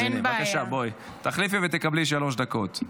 בבקשה, תחליפי ותקבלי שלוש דקות.